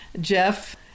Jeff